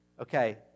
Okay